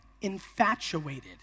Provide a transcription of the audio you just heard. infatuated